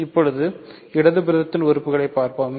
இப்போது இடது புறத்தின் உறுப்புகளை பார்ப்போம்